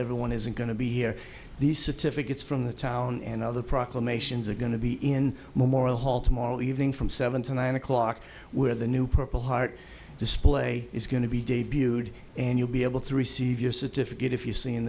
everyone isn't going to be here these certificates from the town and other proclamations are going to be in memorial hall tomorrow evening from seven to nine o'clock where the new purple heart display is going to be debuted and you'll be able to receive your certificate if you see